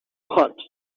hot